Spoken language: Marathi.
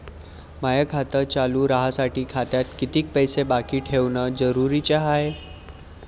माय खातं चालू राहासाठी खात्यात कितीक पैसे बाकी ठेवणं जरुरीच हाय?